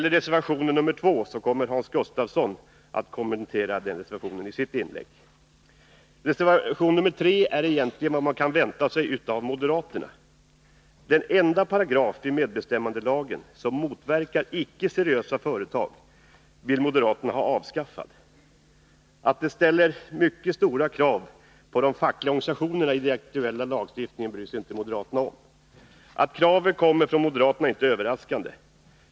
Reservation 2 kommer Hans Gustafsson att kommentera i sitt inlägg. Reservation 3 är egentligen vad man kan vänta sig av moderaterna. Den enda paragraf i MBL som motverkar icke seriösa företag vill moderaterna ha avskaffad. Att det ställer mycket stora krav på de fackliga organisationerna i den aktuella lagstiftningen bryr sig inte moderaterna om. Att kravet kommer från moderaterna är inte överraskande.